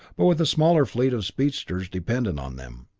but with a smaller fleet of speedsters dependent on them.